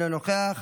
אינו נוכח,